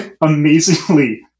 amazingly